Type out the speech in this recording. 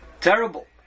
Terrible